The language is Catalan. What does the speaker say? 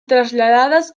traslladades